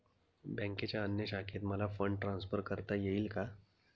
बँकेच्या अन्य शाखेत मला फंड ट्रान्सफर करता येईल का?